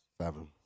Seven